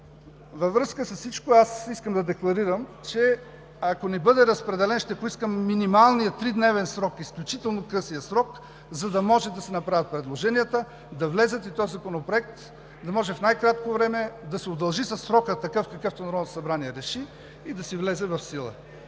Във връзка с всичко искам да декларирам, че ако ни бъде разпределен, ще поискам минималния тридневен срок – изключително късия срок, за да може да се направят предложенията, да влязат и този законопроект да може в най-кратко време да се удължи със срока, какъвто Народното събрание реши, и да си влезе в сила.